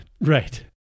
Right